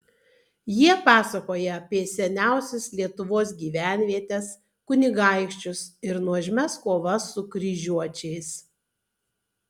jie pasakoja apie seniausias lietuvos gyvenvietes kunigaikščius ir nuožmias kovas su kryžiuočiais